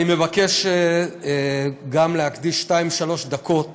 אני גם מבקש להקדיש שתיים-שלוש דקות